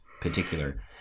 particular